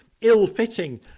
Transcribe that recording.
ill-fitting